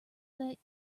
that